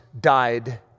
died